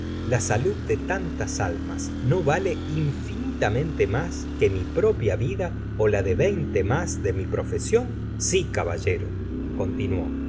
la salud de tantas almas no vale infinitamente mas que mi propia vida ó la de veinte mas demi profesion si caballero continuó